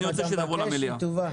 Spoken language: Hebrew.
אני מבקש שתבוא למליאה.